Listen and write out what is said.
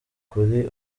kuri